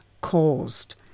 caused